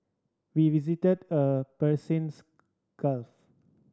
we visited a Persians Gulf